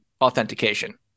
authentication